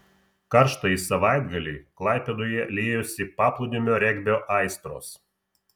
karštąjį savaitgalį klaipėdoje liejosi paplūdimio regbio aistros